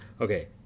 okay